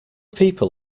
people